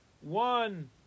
one